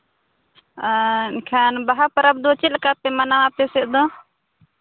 ᱟᱨ ᱮᱱᱠᱷᱟᱱ ᱵᱟᱦᱟ ᱯᱚᱨᱚᱵᱽ ᱫᱚ ᱪᱮᱫ ᱞᱮᱠᱟ ᱯᱮ ᱢᱟᱱᱟᱣᱟ ᱟᱯᱮ ᱥᱮᱫ ᱫᱚ